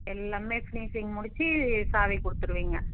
எல்லாமே ஃபினிஷிங் முடிச்சு சாவி கொடுத்துடுவீங்க